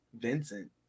Vincent